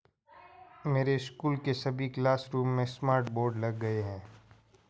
मेरे स्कूल के सभी क्लासरूम में स्मार्ट बोर्ड लग गए हैं